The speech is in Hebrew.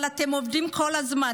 אבל אתם עובדים כל הזמן.